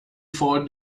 four